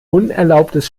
unerlaubtes